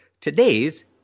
today's